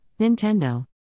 Nintendo